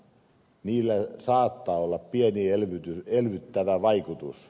niillä saattaa olla pieni elvyttävä vaikutus